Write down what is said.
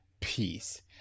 peace